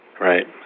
Right